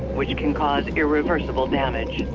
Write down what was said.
which can cause irreversible damage.